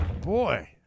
Boy